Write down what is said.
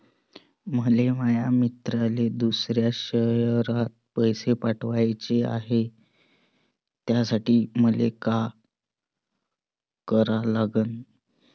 मले माया मित्राले दुसऱ्या शयरात पैसे पाठवाचे हाय, त्यासाठी मले का करा लागन?